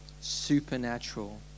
supernatural